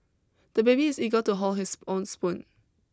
the baby is eager to hold his own spoon